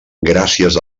gràcies